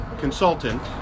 consultant